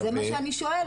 זה מה שאני שואלת.